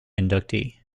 inductee